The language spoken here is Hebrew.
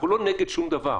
אנחנו לא נגד שום דבר.